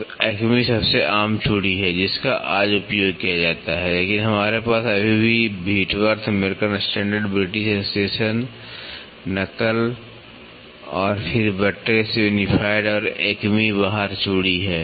तो एक्मे सबसे आम चूड़ी है जिसका आज उपयोग किया जाता है लेकिन हमारे पास अभी भी Whitworth American standard British association knuckle Whitworth American Standard British Association Knuckle a और फिर बट्रेस यूनिफाइड Buttress Unified और एक्मे बाहरी चूड़ी है